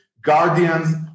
guardians